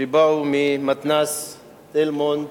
שבאו ממתנ"ס תל-מונד,